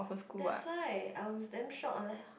that's why I was damn shocked I like